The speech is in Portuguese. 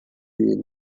dele